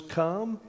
come